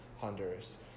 Honduras